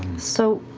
so.